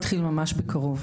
אנחנו לא אנשים שמתחייבים לכלום.